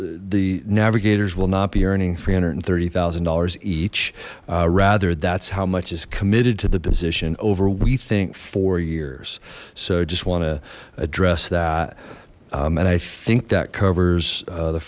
the navigators will not be earning three hundred and thirty thousand dollars each rather that's how much is committed to the position over we think four years so i just want to address that and i think that covers